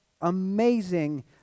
amazing